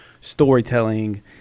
storytelling